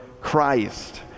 christ